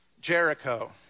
Jericho